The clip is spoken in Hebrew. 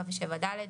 7 ו-7ד,